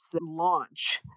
launch